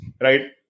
right